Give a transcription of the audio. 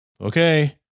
okay